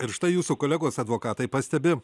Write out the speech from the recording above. ir štai jūsų kolegos advokatai pastebi